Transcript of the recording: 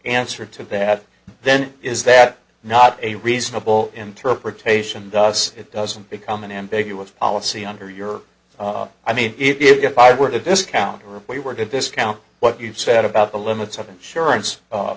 answer to that then is that not a reasonable interpretation does it doesn't become an ambiguous policy under your i mean if i were to discount europe we were going viscount what you said about the limits of insurance